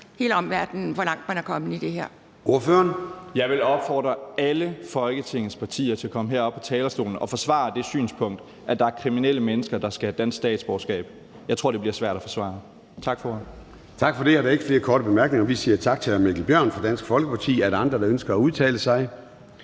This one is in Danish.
hele omverdenen, hvor langt man er kommet i forhold